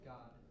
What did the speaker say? God